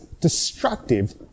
destructive